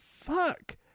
fuck